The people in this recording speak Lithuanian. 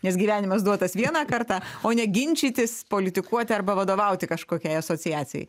nes gyvenimas duotas vieną kartą o ne ginčytis politikuoti arba vadovauti kažkokiai asociacijai